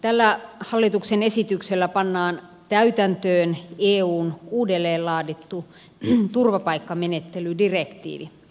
tällä hallituksen esityksellä pannaan täytäntöön eun uudelleenlaadittu turvapaikkamenettelydirektiivi